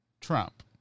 Trump